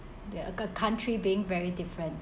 like a country being very different